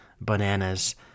bananas